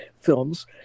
films